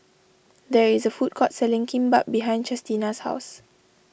there is a food court selling Kimbap behind Chestina's house